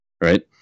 right